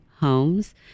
Homes